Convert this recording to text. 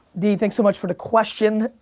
d, thanks so much for the question,